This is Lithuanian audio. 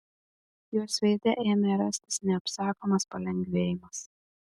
jos veide ėmė rastis neapsakomas palengvėjimas